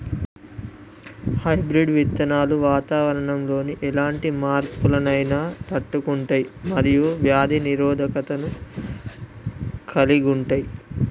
hybrid విత్తనాలు వాతావరణంలోని ఎలాంటి మార్పులనైనా తట్టుకుంటయ్ మరియు వ్యాధి నిరోధకతను కలిగుంటయ్